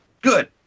Good